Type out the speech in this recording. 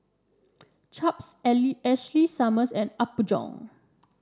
Chaps Ashley Summers and Apgujeong